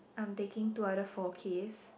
I'm taking two other four Ks